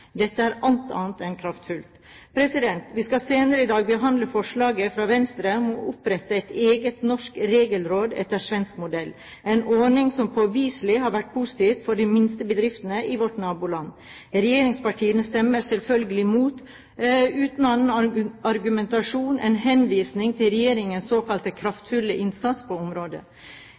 Dette er alt annet enn kraftfullt. Vi skal senere i dag behandle forslaget fra Venstre om å opprette et eget norsk regelråd etter svensk modell, en ordning som påviselig har vært positiv for de minste bedriftene i vårt naboland. Regjeringspartiene stemmer selvfølgelig imot, uten annen argumentasjon enn henvisning til regjeringens såkalte kraftfulle innsats på området.